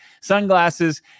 sunglasses